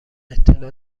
اطلاع